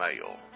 mail